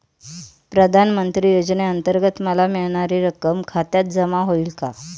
प्रधानमंत्री योजनेअंतर्गत मला मिळणारी रक्कम खात्यात जमा होईल का?